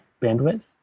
bandwidth